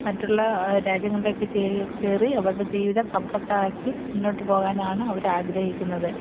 മറ്റുള്ള രാജ്യങ്ങളിലേക്ക് ചേക്കേറി അവരുടെ ജീവിതം കംഫർട് ആക്കി മുന്നോട്ടുപോകാനാണ് അവർ ആഗ്രഹിക്കുന്നത്